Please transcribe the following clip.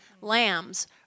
lambs